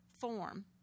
form